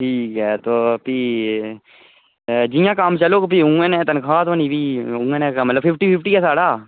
ठीक ऐ तो पी जियां कम्म चलग पी उयां ने गै तन्खाह् होनी पी उयां नै गै फिफ्टी फिफ्टी गै साढ़ा